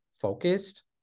focused